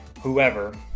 whoever